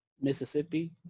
Mississippi